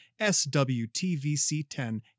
SWTVC10